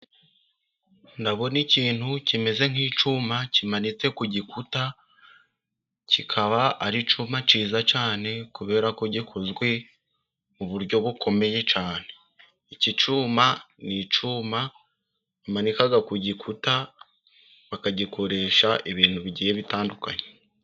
Ndabona ikintu kimeze nk'icyuma kimanitse ku gikuta kikaba ari icyuma cyiza cyane kubera ko gikozwe mu buryo bukomeye cyane. Iki cyuma ni icyuma umanika ku gikuta bakagikoresha ibintu bigiye bitandukanye.